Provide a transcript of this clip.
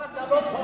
למה אתה לא סוגר,